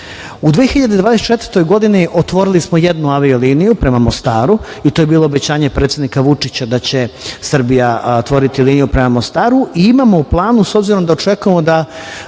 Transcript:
2024. godini otvorili smo jednu avio liniju prema Mostaru i to je bilo obećanje predsednika Vučića da će Srbija otvoriti liniju prema Mostaru. Imamo u planu, s obzirom da očekujemo da